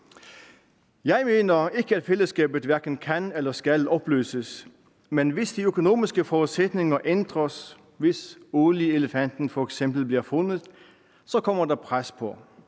Jeg mener ikke, at fællesskabet hverken kan eller skal opløses, men hvis de økonomiske forudsætninger ændres, hvis olieelefanten f.eks. bliver fundet, så kommer der pres på.